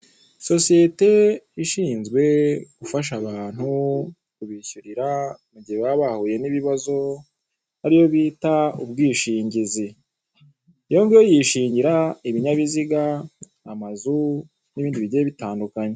Sosiyete ishinzwe gufasha abantu, kubishyurira mu gihe baba bahuye n'ibibazi, ari yo bitauwisingizi. Rero yishingira ibinyabiziga, amazu, n'ibindi bigiye bitandukanye.